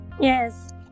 yes